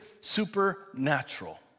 supernatural